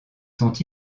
sont